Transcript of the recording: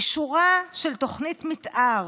אישורה של תוכנית מתאר